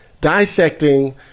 dissecting